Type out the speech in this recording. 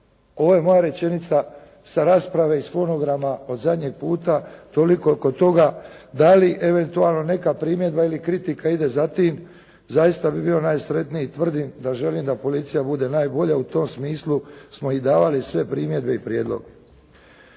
Ova je moja rečenica sa rasprave iz fonograma od zadnjeg puta, toliko oko toga, da li eventualno neka primjedba ili kritika ide za tim, zaista bih bio najsretniji, tvrdim da želim da policija bude najbolja. U tom smislu smo i davali sve primjedbe i prijedloge.